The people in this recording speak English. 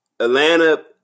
Atlanta